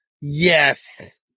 Yes